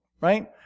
right